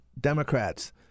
Democrats